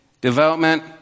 Development